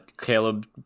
Caleb